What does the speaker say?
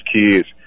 kids